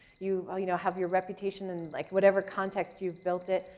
you you know have your reputation in like whatever context you've built it.